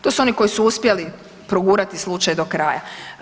To su oni koji su uspjeli progurati slučaj do kraja.